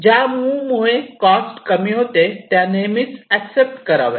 ज्या मूव्ह मुळे कॉस्ट कमी होते त्या नेहमीच एक्सेप्ट कराव्या